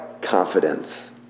confidence